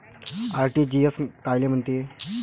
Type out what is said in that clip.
RTGS कायले म्हनते?